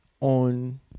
on